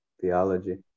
theology